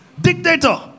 dictator